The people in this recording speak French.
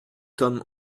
tome